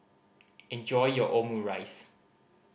enjoy your Omurice